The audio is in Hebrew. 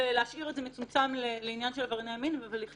להשאיר את זה מצומצם לעניין של עברייני המין ובדברי